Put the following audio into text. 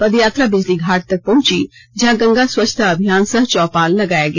पदयात्रा बिजली घाट तक पहंची जहां गंगा स्वच्छता अभियान सह चौपाल लगाया गया